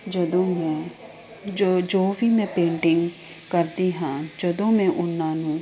ਜਦੋਂ ਮੈ ਜੋ ਜੋ ਵੀ ਮੈਂ ਪੇਂਟਿੰਗ ਕਰਦੀ ਹਾਂ ਜਦੋਂ ਮੈਂ ਉਹਨਾਂ ਨੂੰ